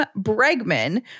Bregman